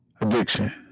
addiction